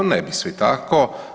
Nebi svi tako.